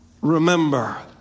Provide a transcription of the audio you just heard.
remember